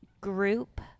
group